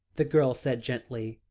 the girl said gently.